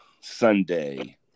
Sunday